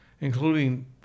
including